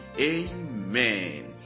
Amen